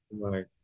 Right